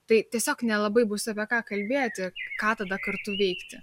tai tiesiog nelabai bus apie ką kalbėti ką tada kartu veikti